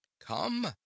come